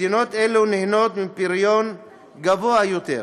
מדינות אלו נהנות מפריון גבוה יותר,